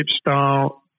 style